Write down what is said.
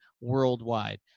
worldwide